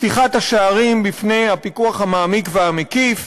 פתיחת השערים בפני הפיקוח המעמיק והמקיף,